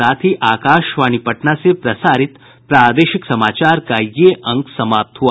इसके साथ ही आकाशवाणी पटना से प्रसारित प्रादेशिक समाचार का ये अंक समाप्त हुआ